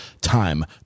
time